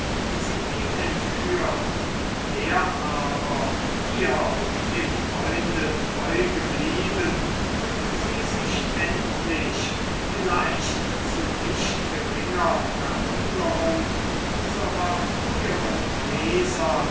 sie ihm entführt er aber ihr und dem freunde treu geblieben und sie sich endlich vielleicht zu nicht geringer verwunderung unserer früheren leser